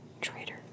Traitor